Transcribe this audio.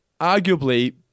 arguably